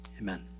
Amen